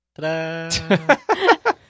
Ta-da